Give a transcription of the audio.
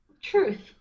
Truth